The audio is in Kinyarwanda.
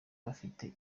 bafite